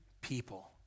people